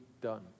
done